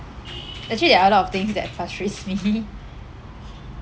actually there are a lot of things that frustrates me